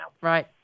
right